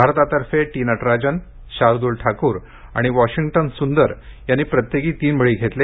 भारतातर्फे न जोजन शार्दूल ठाकूर आणि वॉशिंगज़ सूंदर यांनी प्रत्येकी तीन बळी घेतले